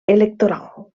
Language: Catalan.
electoral